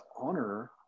honor